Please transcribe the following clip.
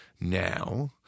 now